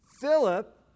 Philip